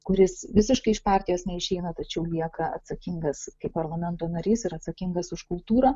kuris visiškai iš partijos neišeina tačiau lieka atsakingas kaip parlamento narys ir atsakingas už kultūrą